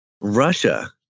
Russia